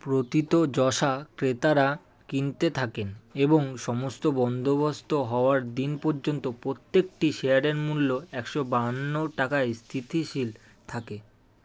প্রথিতযশা ক্রেতারা কিনতে থাকেন এবং সমস্ত বন্দোবস্ত হওয়ার দিন পর্যন্ত প্রত্যেকটি শেয়ারের মূল্য একশো বাহান্ন টাকায় স্থিতিশীল থাকে